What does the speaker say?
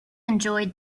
enjoyed